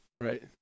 Right